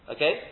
Okay